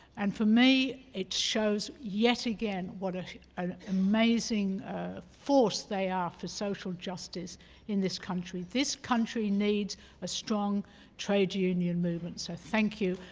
and for me it shows yet again what ah an amazing force they are for social justice in this country. this country needs a strong trade union movement, so thank you.